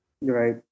Right